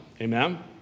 Amen